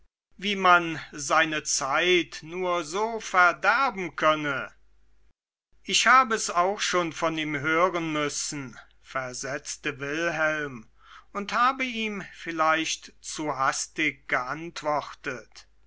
wie man seine zeit nur so verderben könne ich habe es auch schon von ihm hören müssen versetzte wilhelm und habe ihm vielleicht zu hastig geantwortet